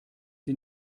sie